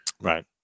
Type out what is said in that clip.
Right